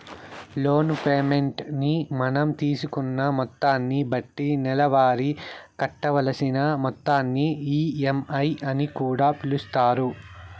loan payment ని మనం తీసుకున్న మొత్తాన్ని బట్టి నెలవారీ కట్టవలసిన మొత్తాన్ని ఈ.ఎం.ఐ అని కూడా పిలుస్తారు